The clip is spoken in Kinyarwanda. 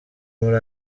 muri